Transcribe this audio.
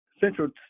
Central